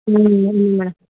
madam